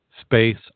space